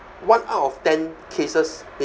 one out of ten cases